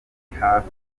hafi